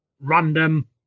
random